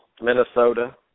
Minnesota